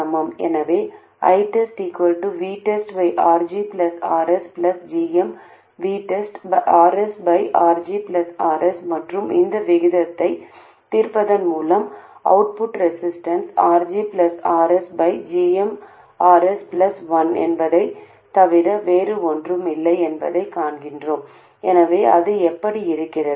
எனவே ITESTVTESTRG Rs gmVTEST Rs RG Rsமற்றும் இந்த விகிதத்தைத் தீர்ப்பதன் மூலம் அவுட்புட் ரெசிஸ்டன்ஸ் RG RsgmRs1 என்பதைத் தவிர வேறு ஒன்றும் இல்லை என்பதைக் காண்கிறோம் எனவே அது எப்படி இருக்கிறது